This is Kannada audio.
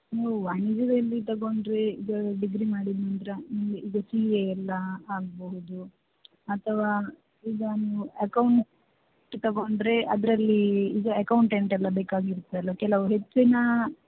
ನೀವು ವಾಣಿಜ್ಯದಲ್ಲಿ ತಗೊಂಡ್ರೆ ಇದು ಡಿಗ್ರಿ ಮಾಡಿದ ನಂತರ ನೀವು ಇದು ಸಿ ಎ ಎಲ್ಲ ಆಗಬಹುದು ಅಥವಾ ಈಗ ನೀವು ಅಕೌಂಟ್ಸ್ ತಗೊಂಡ್ರೆ ಅದರಲ್ಲಿ ಈಗ ಅಕೌಂಟೆಂಟ್ ಎಲ್ಲ ಬೇಕಾಗಿರತ್ತಲ್ಲ ಕೆಲವು ಹೆಚ್ಚಿನ